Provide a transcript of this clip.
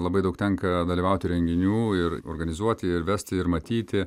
labai daug tenka dalyvauti renginių ir organizuoti ir vesti ir matyti